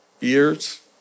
years